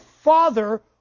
father